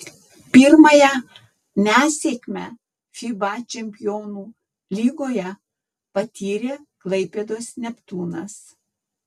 pirmąją nesėkmę fiba čempionų lygoje patyrė klaipėdos neptūnas